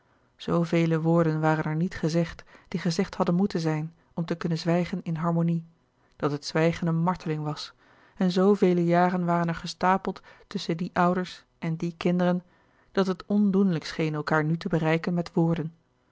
vele woorden waren er niet gezegd die gezegd hadden moeten zijn om te kunnen zwijgen in harmonie dat het zwijgen een marteling was en zoo vele jaren waren er gestapeld tusschen die ouders en die kinderen dat het ondoenlijk scheen elkaâr nu te bereiken met woorden